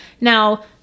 now